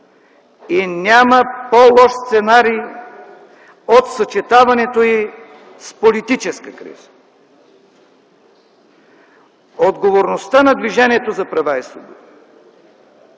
и няма по-лош сценарий от съчетаването й с политическа криза. Отговорността на Движението за права и свободи